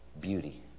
beauty